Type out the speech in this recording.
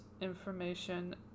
information